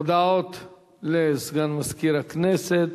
הודעות לסגן מזכיר הכנסת.